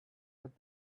but